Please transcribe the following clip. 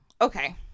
Okay